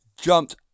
jumped